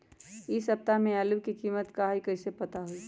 इ सप्ताह में आलू के कीमत का है कईसे पता होई?